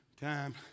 Time